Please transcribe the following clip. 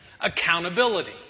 Accountability